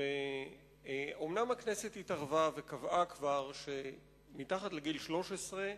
אומנם הכנסת התערבה וקבעה כבר שמתחת לגיל 13,